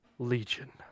legion